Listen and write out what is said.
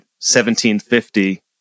1750